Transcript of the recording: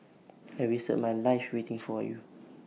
I wasted my life waiting for you